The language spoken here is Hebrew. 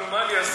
נו, מה אני אעשה.